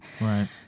Right